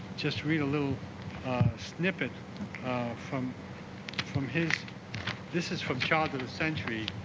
just read a little snippet from from his this is from charge of the century